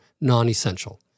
non-essential